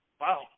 Wow